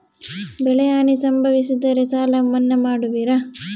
ಬೆಳೆಹಾನಿ ಸಂಭವಿಸಿದರೆ ಸಾಲ ಮನ್ನಾ ಮಾಡುವಿರ?